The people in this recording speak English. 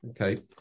Okay